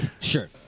Sure